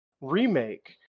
Remake